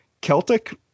Celtic